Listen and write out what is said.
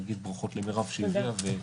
ולהגיד למירב ברכות שהביאה את זה,